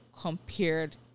compared